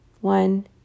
one